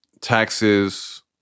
taxes